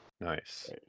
Nice